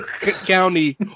county